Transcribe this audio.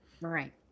right